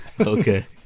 Okay